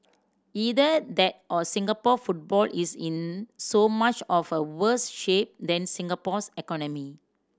either that or Singapore football is in so much of a worse shape than Singapore's economy